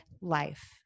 life